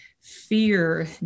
fear